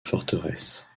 forteresse